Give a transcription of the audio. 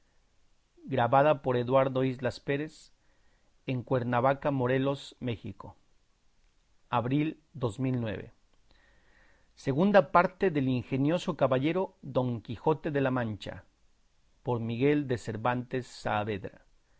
su majestad he visto este libro de la segunda parte del ingenioso caballero don quijote de la mancha por miguel de cervantes saavedra